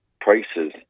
prices